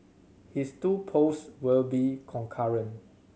his two post will be concurrent